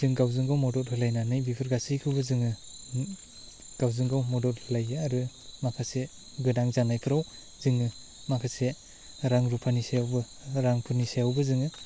जों गावजों गाव मदद होलायनानै बेफोर गासिखौबो जोङो गावजों गाव मदद होलायो आरो माखासे गोनां जानायफ्राव जोङो माखासे रां रुफानि सायावबो रांफोरनि साावबो जोङो